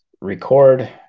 record